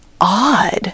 odd